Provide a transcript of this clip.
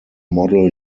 model